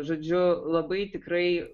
žodžiu labai tikrai